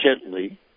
gently